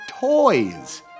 Toys